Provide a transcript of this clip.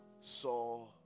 saw